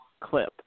clip